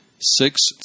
six